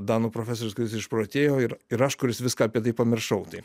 danų profesorius kuris išprotėjo ir ir aš kuris viską apie tai pamiršau tai